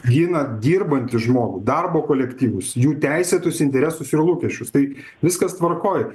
gina dirbantį žmogų darbo kolektyvus jų teisėtus interesus ir lūkesčius tai viskas tvarkoj